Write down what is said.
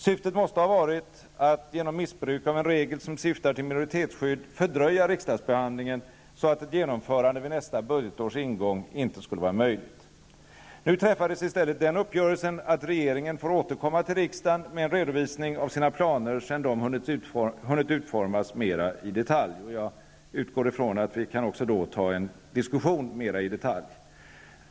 Syftet måste ha varit att genom missbruk av en regel som syftar till minoritetsskydd fördröja riksdagsbehandlingen, så att ett genomförande vid nästa budgetårs ingång inte skulle vara möjligt. Nu träffades i stället den uppgörelsen att regeringen får återkomma till riksdagen med en redovisning av sina planer sedan dessa hunnit utformas mera i detalj. Jag utgår från att vi då kan ha en diskussion i ärendet mera i detalj.